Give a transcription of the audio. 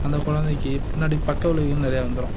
அந்த குழந்தைக்கு பின்னாடி பக்க விளைவுகள் நிறையா வந்துரும்